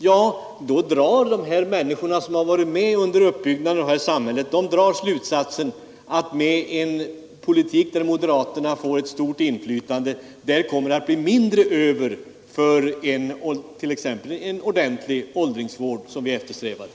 Därav drar de människor som varit med under uppbyggnaden av detta samhälle slutsatsen att det med en politik där moderaterna har ett stort inflytande kommer att bli mindre över för t.ex. åldringsvården